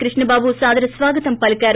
కృష్ణబాబు సాదర స్వాగతం పలికారు